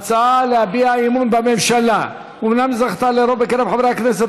ההצעה להביע אי-אמון בממשלה אומנם זכתה לרוב בקרב חברי הכנסת